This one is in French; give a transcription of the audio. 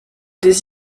des